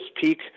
peak